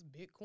Bitcoin